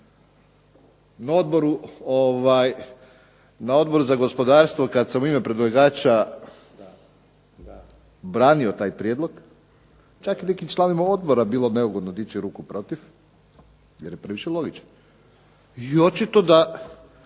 Na Odboru za gospodarstvo kad sam u ime predlagača branio taj prijedlog čak je i nekim članovima odbora bilo neugodno dići ruku protiv jer je previše logički i očito da